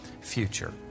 future